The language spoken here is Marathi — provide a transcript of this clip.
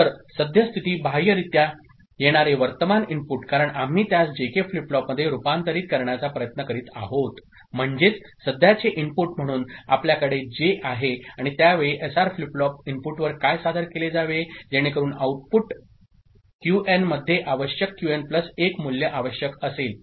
तर सद्यस्थिती बाह्यरित्या येणारे वर्तमान इनपुट कारण आम्ही त्यास जेके फ्लिप फ्लॉपमध्ये रूपांतरित करण्याचा प्रयत्न करीत आहोत म्हणजेच सध्याचे इनपुट म्हणून आपल्याकडे जे आहे आणि त्या वेळी एसआर फ्लिप फ्लॉप इनपुटवर काय सादर केले जावे जेणेकरून आउटपुट क्यूएनमध्ये आवश्यक क्यूएन प्लस 1 मूल्य आवश्यक असेल